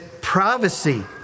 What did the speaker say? privacy